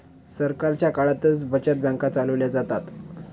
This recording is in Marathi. सरकारच्या काळातच बचत बँका चालवल्या जातात